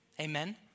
Amen